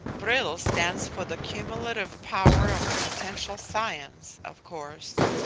vril stands for the cumulative power of potential science, of course.